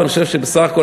ואני חושב שבסך הכול,